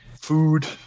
food